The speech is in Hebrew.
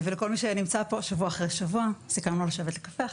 אלה ילדים שכבר עמדו על צוק, שעוד רגע קופצים.